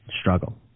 struggle